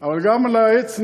אבל גם על העץ נאמר: